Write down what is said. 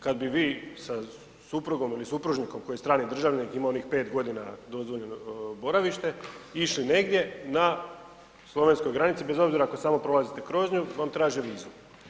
Kad bi vi sa suprugom ili supružnikom koji je strani državljanin, ima onih 5.g. dozvoljeno boravište išli negdje, na slovenskoj granici bez obzira ako samo prolazite kroz nju, vam traže vizu.